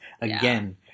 again